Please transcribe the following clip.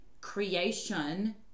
creation